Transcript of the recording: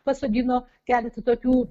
pasodino keletą tokių